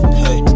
hey